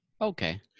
Okay